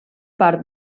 part